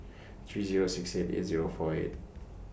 three Zero six eight eight Zero four eight